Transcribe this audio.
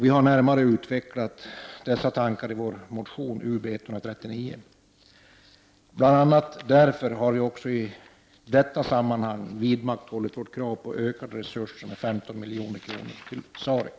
Vi har närmare utvecklat dessa tankar i vår motion Ub139. Bl.a. därför har vi också i detta sammanhang vidhållit vårt krav på ökade resurser med 15 milj.kr. till SAREC.